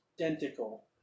identical